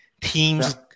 teams